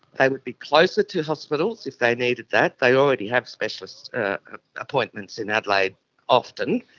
they would be closer to hospitals if they needed that. they already have specialist ah appointments in adelaide often.